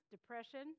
depression